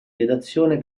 redazione